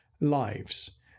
lives